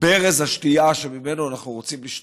ברז השתייה שממנו אנחנו רוצים לשתות,